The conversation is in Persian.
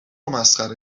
مسخره